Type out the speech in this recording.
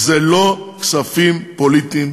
אלה לא כספים פוליטיים,